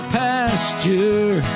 pasture